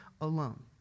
alone